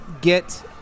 get